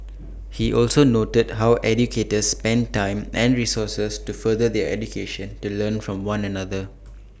he also noted how educators spend time and resources to further their education to learn from one another